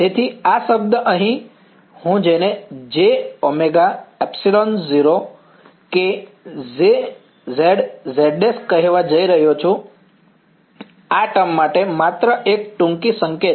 તેથી આ શબ્દ અહીં હું તેને jωε0Kz z′ કહેવા જઈ રહ્યો છું આ ટર્મ માટે માત્ર એક ટૂંકી સંકેત